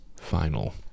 final